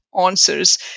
answers